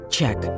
check